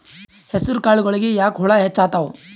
ಹೆಸರ ಕಾಳುಗಳಿಗಿ ಯಾಕ ಹುಳ ಹೆಚ್ಚಾತವ?